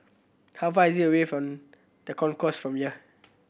how far is it away from The Concourse from here